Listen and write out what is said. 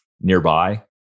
nearby